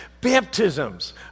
Baptisms